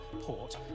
port